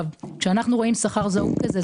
כשאנחנו רואים שכר זעום כזה,